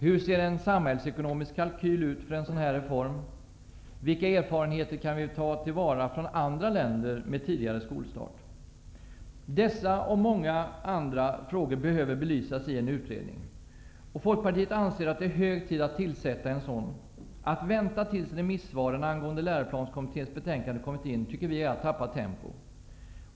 Hur ser en samhällsekonomisk kalkyl ut för en sådan här reform? Vilka erfarenheter kan vi ta till vara från andra länder med tidigare skolstart? Dessa, och många andra, frågor behöver belysas i en utredning. Folkpartiet anser att det är hög tid att tillsätta en sådan. Att vänta tills remissvaren angående läroplanskommitténs betänkande kommit in tycker vi är att tappa tempo.